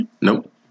Nope